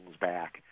back